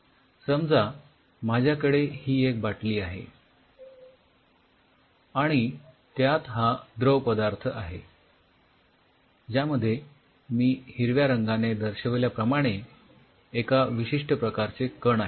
समजा माझ्याकडे ही एक बाटली आहे आणि त्यात हा द्रव पदार्थ आहे ज्यामध्ये मी हिरव्या रंगाने दर्शविल्याप्रमाणे एका विशिष्ठ प्रकारचे कण आहेत